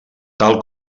tal